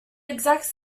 exactly